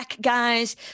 guys